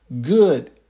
good